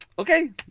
Okay